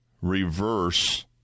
reverse